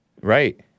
Right